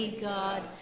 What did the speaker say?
God